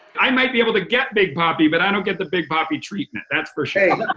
i might be able to get big papi, but i don't get the big papi treatment, that's for sure.